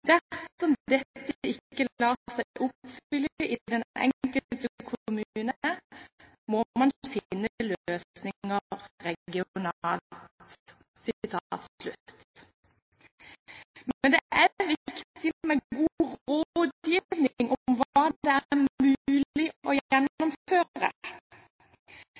Dersom dette ikke lar seg oppfylle i den enkelte kommune, må man finne løsninger regionalt.» Men det er viktig med god rådgivning om hva det er mulig å